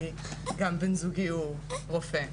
כי גם בן זוגי הוא רופא.